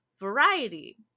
variety